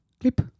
Clip